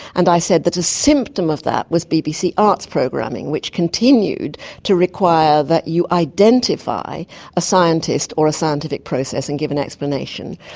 and i said that a symptom of that was bbc arts programming which continued to require that you identify a scientist or a scientific process and give an explanation,